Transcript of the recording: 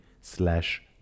slash